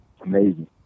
amazing